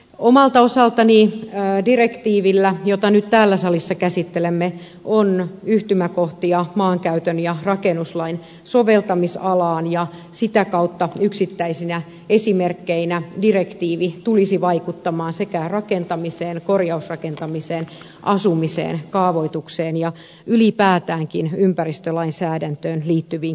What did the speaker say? omalta osaltani direktiivillä jota nyt täällä salissa käsittelemme on yhtymäkohtia maankäyttö ja rakennuslain soveltamisalaan ja sitä kautta yksittäisinä esimerkkeinä direktiivi tulisi vaikuttamaan rakentamiseen korjausrakentamiseen asumiseen kaavoitukseen ja ylipäätäänkin ympäristölainsäädäntöön liittyviin kysymyksiin